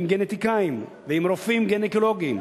עם גנטיקאים ועם רופאים גינקולוגים,